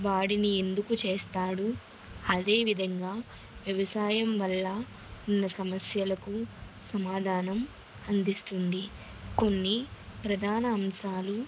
వాడిని ఎందుకు చేస్తాడు అదేవిధంగా వ్యవసాయం వల్ల ఉన్న సమస్యలకు సమాధానం అందిస్తుంది కొన్ని ప్రధాన అంశాలు